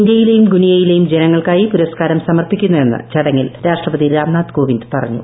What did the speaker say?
ഇന്ത്യയിലെയും ഗുനിയയിലെയും ജനങ്ങൾക്കായി പുരസ്കാരം സമർപ്പിക്കുന്നുവെന്ന് ചടങ്ങിൽ രാഷ്ട്രപതി രാംനാഥ് കോവിന്ദ് പറഞ്ഞു